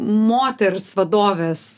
moters vadovės